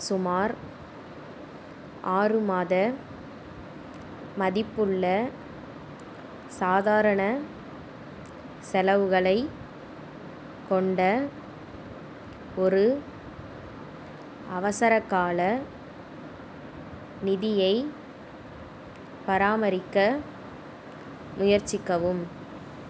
சுமார் ஆறு மாத மதிப்புள்ள சாதாரண செலவுகளைக் கொண்ட ஒரு அவசரகால நிதியை பராமரிக்க முயற்சிக்கவும்